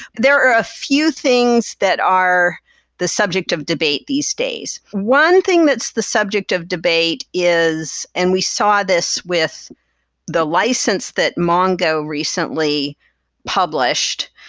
there are a few things that are the subject of debate these days. one thing that's the subject of debate is and we saw this with the license that mongo recently published.